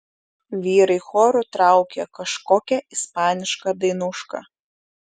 vyrai choru traukė kažkokią ispanišką dainušką